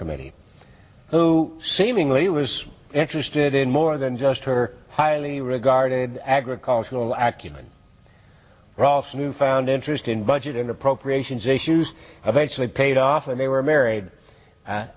committee who seemingly was interested in more than just her highly regarded agricultural aqim and newfound interest in budget and appropriations issues have actually paid off and they were married